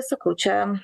sakau čia